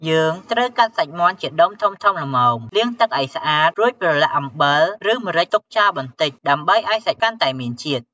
យើងត្រូវកាត់សាច់មាន់ជាដុំធំៗល្មម លាងទឹកឱ្យស្អាត រួចប្រឡាក់អំបិល ឬម្រេចទុកចោលបន្តិច ដើម្បីឱ្យសាច់កាន់តែមានជាតិ។